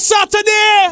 Saturday